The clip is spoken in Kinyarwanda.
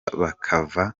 bakava